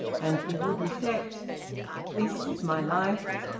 and he would reflect this is my life.